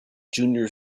junior